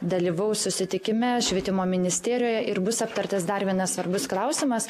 dalyvaus susitikime švietimo ministerijoje ir bus aptartas dar vienas svarbus klausimas